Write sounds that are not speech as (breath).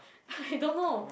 (breath) I don't know